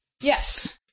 Yes